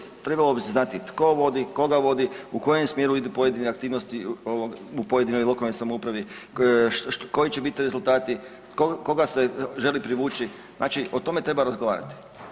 Trebale bi, trebalo bi se znati tko vodi, koga vodi, u kojem smjeru idu pojedine aktivnosti u pojedinoj lokalnoj samoupravi, koji će bit rezultati, koga se želi privući, znači o tome treba razgovarati.